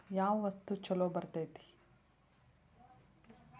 ಯಾವ ವಸ್ತು ಛಲೋ ಬರ್ತೇತಿ?